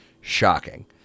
shocking